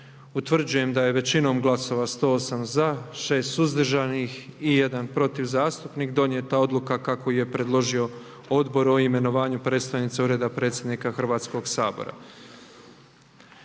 Utvrđujem da je većinom glasova 108 za, 6 suzdržanih i 1 protiv zastupnik donijeta odluka kako ju je predložio odbor o imenovanju predstojnice Ureda predsjednika Hrvatskog sabora.